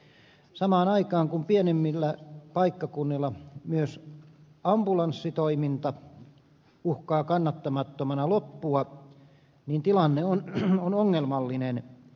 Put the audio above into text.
kun samaan aikaan pienemmillä paikkakunnilla myös ambulanssitoiminta uhkaa kannattamattomana loppua niin tilanne on ongelmallinen